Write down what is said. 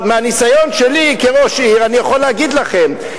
מהניסיון שלי כראש עיר אני יכול להגיד לכם,